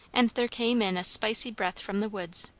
and there came in a spicy breath from the woods,